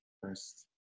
first